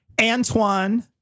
Antoine